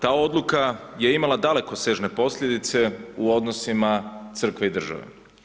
Ta odluka je imala dalekosežne posljedice u odnosima Crkve i države.